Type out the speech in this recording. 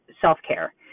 self-care